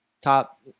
top